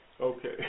Okay